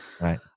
Right